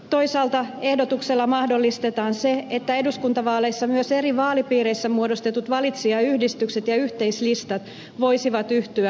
toisaalta ehdotuksella mahdollistetaan se että eduskuntavaaleissa myös eri vaalipiireissä muodostetut valitsijayhdistykset ja yhteislistat voisivat yhtyä yhteislistaksi